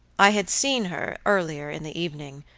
i had seen her, earlier in the evening,